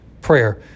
Prayer